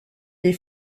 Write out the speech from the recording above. les